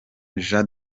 jean